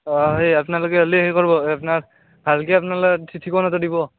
অ' এই আপনালোকে হ'লে হেৰি কৰিব আপনাৰ ভালকৈ আপনালোকৰ ঠিকনাটো দিব